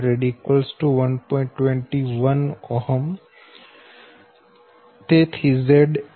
21 તેથી ZL1